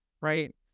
Right